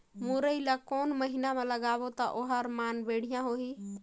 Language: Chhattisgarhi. मुरई ला कोन महीना मा लगाबो ता ओहार मान बेडिया होही?